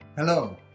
Hello